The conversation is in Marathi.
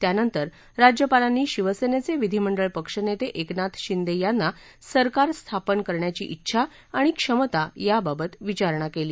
त्यानंतर राज्यपालांनी शिवसेनेचे विधीमंडळ पक्ष नेते एकनाथ शिंदे यांना सरकार स्थापन करण्याची डिछा आणि क्षमता याबाबत विचारणा केली